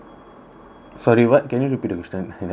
sorry what can you repeat the question I never hear properly